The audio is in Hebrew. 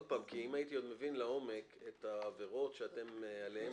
אם הייתי מבין לעומק את העבירות שאתם עליהם